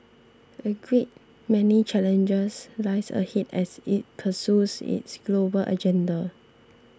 a great many challenges lies ahead as it pursues its global agenda